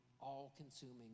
all-consuming